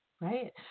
Right